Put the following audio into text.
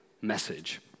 message